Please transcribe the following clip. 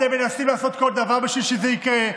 אתם מנסים לעשות כל דבר בשביל שזה יקרה,